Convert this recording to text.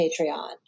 Patreon